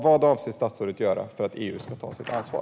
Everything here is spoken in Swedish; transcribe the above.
Vad avser statsrådet att göra för att EU ska ta sitt ansvar?